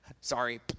Sorry